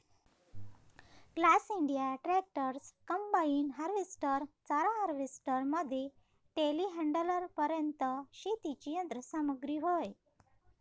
class India tractors, combine harvester, चारा harvester मध्ये टेलीहँडलरपर्यंत शेतीची यंत्र सामग्री होय